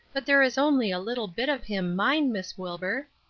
but there is only a little bit of him mine, miss wilbur.